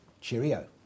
Cheerio